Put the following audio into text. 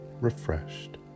refreshed